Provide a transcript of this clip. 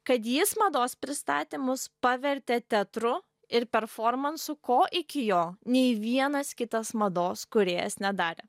kad jis mados pristatymus pavertė teatru ir performansu ko iki jo nei vienas kitas mados kūrėjas nedarė